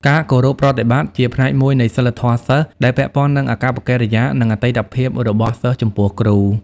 ការគោរពប្រតិបត្តិ ជាផ្នែកមួយនៃសីលធម៌សិស្ស ដែលពាក់ព័ន្ធនឹងអាកប្បកិរិយា និងអតីតភាពរបស់សិស្សចំពោះគ្រូ។